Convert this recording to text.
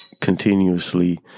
continuously